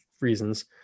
reasons